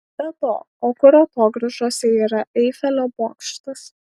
be to o kur atogrąžose yra eifelio bokštas